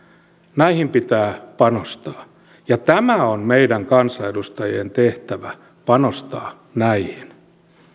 näihin pitää panostaa ja tämä on meidän kansanedustajien tehtävä panostaa näihin